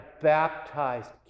baptized